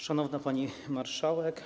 Szanowna Pani Marszałek!